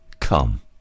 come